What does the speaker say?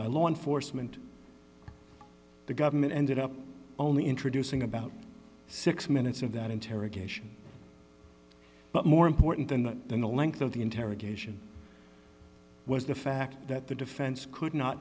by law enforcement the government ended up only introducing about six minutes of that interrogation but more important than the length of the interrogation was the fact that the defense could not